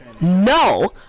no